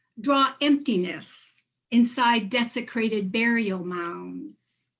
draw emptiness inside desecrates burial mounds,